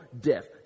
death